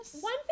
One